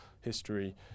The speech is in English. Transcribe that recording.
history